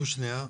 שניה.